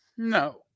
No